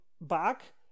back